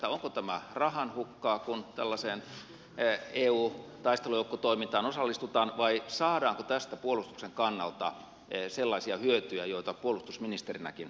onko tämä rahanhukkaa kun tällaiseen eun taistelujoukkotoimintaan osallistutaan vai saadaanko tästä puolustuksen kannalta sellaisia hyötyjä joita puolustusministerinäkin osaatte arvostaa